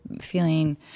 feeling